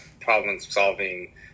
problem-solving